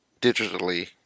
digitally